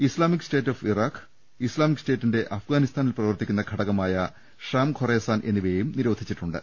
Islamic state of Iraq Islamic സ്റ്റേറ്റിന്റെ അഫ്ഗാനിസ്ഥാനിൽ പ്രവർത്തിക്കുന്ന ഘടകമായ ഷാം ഖൊറേസാൻ എന്നിവയെയും നിരോധിച്ചിട്ടുണ്ട്